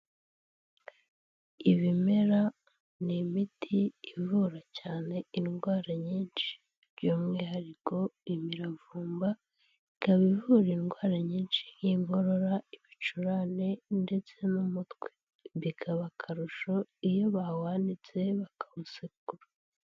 Ibimera ni imiti ivura cyane indwara nyinshi by'umwihariko imiravumba, ikaba ivura indwara nyinshi y'inkorora, ibicurane, ndetse n'umutwe bikaba akarusho iyo bawanitse bakawusekura.